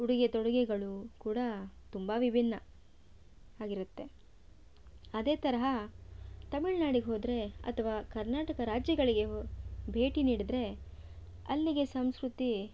ಉಡುಗೆ ತೊಡುಗೆಗಳು ಕೂಡ ತುಂಬಾ ವಿಭಿನ್ನ ಆಗಿರತ್ತೆ ಅದೇ ತರಹ ತಮಿಳು ನಾಡಿಗೆ ಹೋದರೆ ಅಥವಾ ಕರ್ನಾಟಕ ರಾಜ್ಯಗಳಿಗೆ ಹೊ ಭೇಟಿ ನೀಡಿದರೆ ಅಲ್ಲಿಗೆ ಸಂಸ್ಕೃತಿ